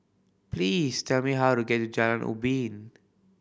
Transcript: please tell me how to get to Jalan Ubin